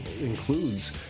includes